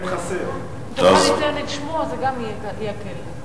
אם תוכל לציין את שמו, זה גם יקל עלי.